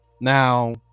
Now